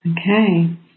Okay